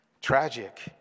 Tragic